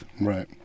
Right